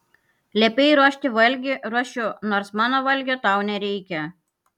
liepei ruošti valgį ruošiu nors mano valgio tau nereikia